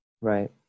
Right